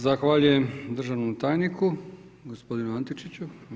Zahvaljujem državnom tajniku gospodinu Antičiću.